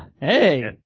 Hey